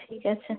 ঠিক আছে